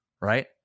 right